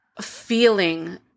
feeling